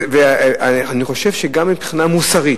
אני חושב שגם מבחינה מוסרית,